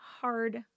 hard